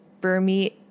Burmese